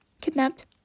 kidnapped